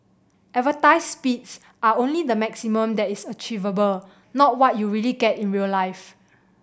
advertised speeds are only the maximum that is achievable not what you really get in real life